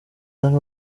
ari